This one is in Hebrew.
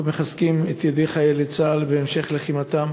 אנחנו מחזקים את ידי חיילי צה"ל בהמשך לחימתם